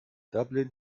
dublin